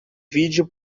vídeo